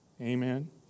Amen